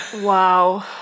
Wow